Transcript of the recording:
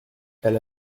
elle